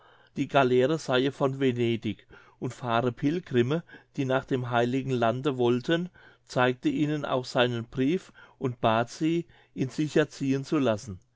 die galeere seie von venedig und fahre pilgrimme die nach dem heiligen lande wollten zeigte ihnen auch seinen brief und bat sie ihn sicher ziehen zu lassen